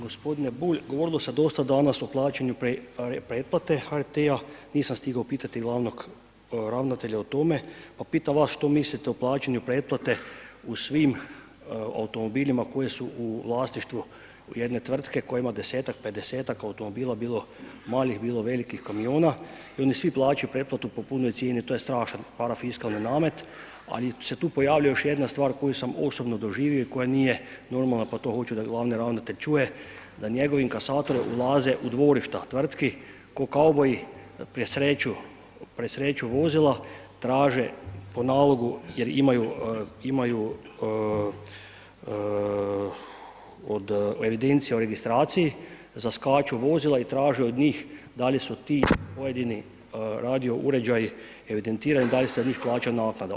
G. Bulj, govorilo se dosta danas o plaćanju preplate HRT-a, nisam stigao pitati glavnog ravnatelja o tome pa pitam vas što mislite o plaćanju preplate u svim automobilima koji su u vlasništvu jedne tvrtke koja ima 10-ak, 50-ak automobila, bilo malih, bilo velikih kamiona i oni svi plaćaju pretplatu po punoj cijeni, to je strašan parafiskalan namet, ali se tu pojavljuje još jedna stvar koju sam osobno doživio i koja nije normalna pa to hoću da glavni ravnatelj čuje, da njegovi inkasatori ulaze u dvorišta tvrtki, ko kauboji presreću vozila, traže po nalogu jer imaju od evidencija u registraciji, zaskaču vozila i traže od njih da li su ti pojedini radio uređaji evidentirani, da li se na njih plaća naknada.